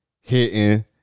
hitting